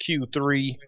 Q3